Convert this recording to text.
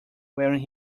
wearing